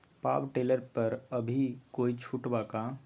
Power tiller पर अभी कोई छुट बा का?